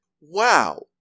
wow